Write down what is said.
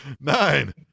Nine